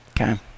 Okay